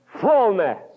fullness